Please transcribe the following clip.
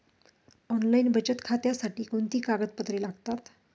Online बचत खात्यासाठी कोणती कागदपत्रे लागतात?